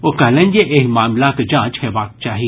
ओ कहलनि जे एहि मामिलाक जांच हेबाक चाही